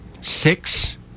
six